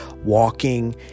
walking